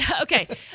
Okay